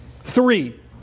Three